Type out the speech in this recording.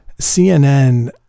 CNN